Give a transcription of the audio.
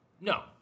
No